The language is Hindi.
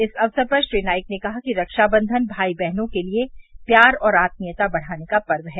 इस अवसर पर श्री नाइक ने कहा कि रक्षाबंधन भाई बहनों के लिए प्यार और आत्मीयता बढ़ाने का पर्व है